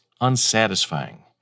unsatisfying